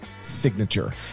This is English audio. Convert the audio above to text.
signature